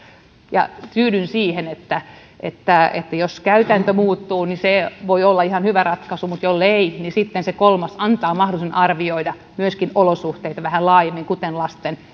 tyydyn siihen että että jos käytäntö muuttuu niin se voi olla ihan hyvä ratkaisu mutta jol lei niin sitten se kolmas antaa mahdollisuuden arvioida vähän laajemmin myöskin olosuhteita kuten lasten